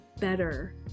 better